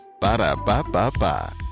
Ba-da-ba-ba-ba